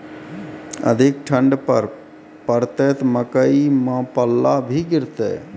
अधिक ठंड पर पड़तैत मकई मां पल्ला भी गिरते?